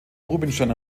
rubinstein